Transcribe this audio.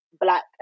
black